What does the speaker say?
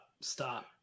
stop